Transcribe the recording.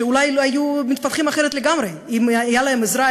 שאולי היו מתפתחים אחרת לגמרי אם הייתה להם עזרה,